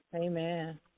Amen